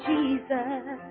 Jesus